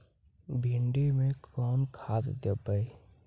भिंडी में कोन खाद देबै?